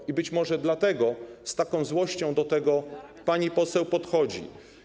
I być może dlatego z taką złością do tego pani poseł podchodzi.